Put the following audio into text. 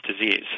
disease